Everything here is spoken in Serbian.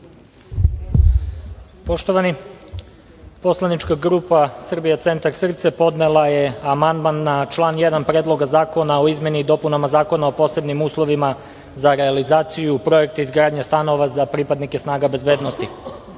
Poštovani, poslanička grupa Srbija centar – SRCE podnela je amandman na član 1. Predloga zakona o izmenama i dopunama Zakona o posebnim uslovima za realizaciju Projekta izgradnje stanova za pripadnike snaga bezbednosti. Predlažemo